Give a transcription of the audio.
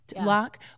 lock